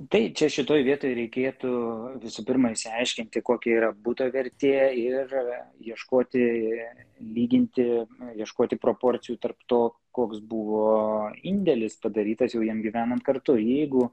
tai čia šitoj vietoj reikėtų visų pirma išsiaiškinti kokia yra buto vertė ir ieškoti lyginti ieškoti proporcijų tarp to koks buvo indėlis padarytas jau jiem gyvenant kartu jeigu